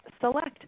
SELECT